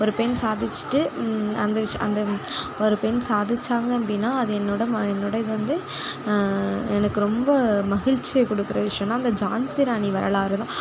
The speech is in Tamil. ஒரு பெண் சாதிச்சிட்டு அந்த விஷயம் அந்த ஒரு பெண் சாதிச்சாங்க அப்படினா அது என்னோடய ம என்னோடய இது வந்து எனக்கு ரொம்ப மகிழ்ச்சியை கொடுக்குற விஷயம்னா அந்த ஜான்சி ராணி வரலாறு தான்